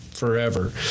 forever